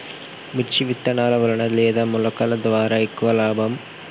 మిర్చి విత్తనాల వలన లేదా మొలకల ద్వారా ఎక్కువ లాభం?